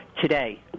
today